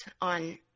on